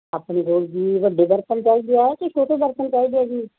ਆਪਣੇ ਕੋਲ ਜੀ ਵੱਡੇ ਬਰਤਨ ਚਾਹੀਦੇ ਆ ਕਿ ਛੋਟੇ ਬਰਤਨ ਚਹੀਦੇ ਆ ਜੀ